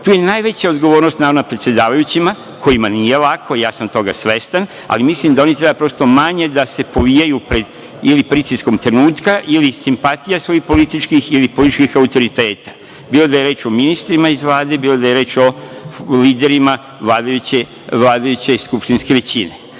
Tu je najveća odgovornost na vama predsedavajućima kojima nije lako, ja sam toga svestan, ali mislim da oni treba prosto manje da se povijaju pred ili pritiskom trenutka ili simpatija svojih političkih ili političkih autoriteta, bilo da je reč o ministrima iz Vlade, bilo da je reč o liderima vladajuće skupštinske većine. Ali